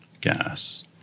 gas